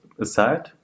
aside